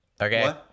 Okay